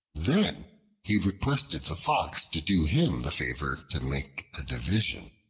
then he requested the fox to do him the favor to make a division.